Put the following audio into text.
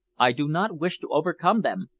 i do not wish to overcome them,